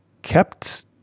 kept